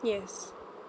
yes